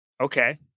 okay